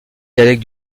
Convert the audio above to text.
dialectes